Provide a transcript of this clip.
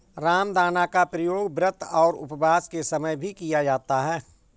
रामदाना का प्रयोग व्रत और उपवास के समय भी किया जाता है